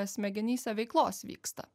smegenyse veiklos vyksta